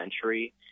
century